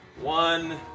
one